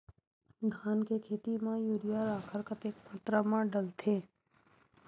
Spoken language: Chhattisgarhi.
धान के खेती म यूरिया राखर कतेक मात्रा म डलथे?